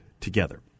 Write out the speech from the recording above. together